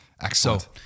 Excellent